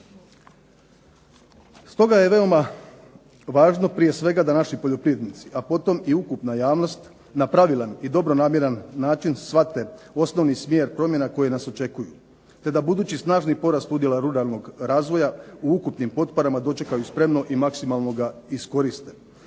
Stoga je veoma važno prije svega da naši poljoprivrednici, a potom i ukupna javnost, na pravilan i dobronamjeran način shvate osnovni smjer promjena koje nas očekuju te da budući snažni porast udjela ruralnog razvoja u ukupnim potporama dočekaju spremno i maksimalno ga iskoriste.